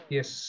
Yes